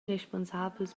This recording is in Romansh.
responsabels